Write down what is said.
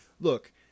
Look